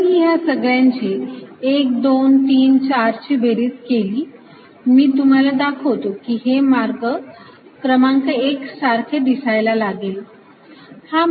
जर मी या सगळ्यांची 1 2 3 4 ची बेरीज केली मी तुम्हाला दाखवतो की हे मार्ग क्रमांक 1 सारखे दिसायला लागेल